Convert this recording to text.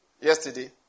yesterday